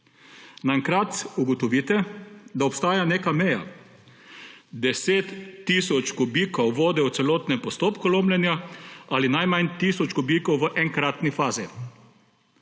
Naenkrat ugotovitev, da obstaja neka meja 10 tisoč kubikov vode v celotnem postopku lomljenja ali najmanj tisoč kubikov v enkratni fazi.